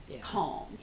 calm